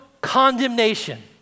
condemnation